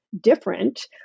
different